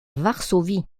varsovie